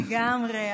לגמרי.